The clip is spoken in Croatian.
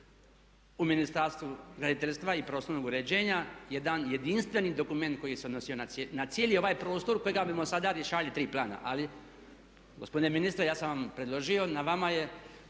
u Ministarstvu graditeljstva i prostornog uređenja jedan jedinstveni dokument koji se odnosio na cijeli ovaj prostor …/Govornik se ne razumije./… tri plana. Ali gospodine ministre ja sam vam predložio, na vama je,